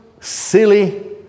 silly